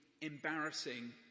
embarrassing